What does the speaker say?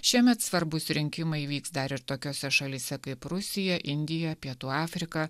šiemet svarbūs rinkimai vyks dar ir tokiose šalyse kaip rusija indija pietų afrika